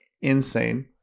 insane